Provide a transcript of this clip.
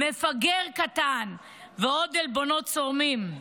"מפגר קטן" ועוד עלבונות צורמים.